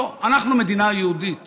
לא, אנחנו מדינה יהודית